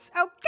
Okay